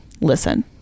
listen